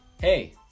hey